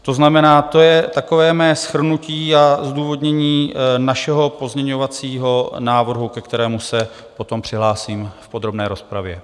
To znamená, to je takové mé shrnutí a zdůvodnění našeho pozměňovacího návrhu, ke kterému se potom přihlásím v podrobné rozpravě.